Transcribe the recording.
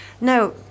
No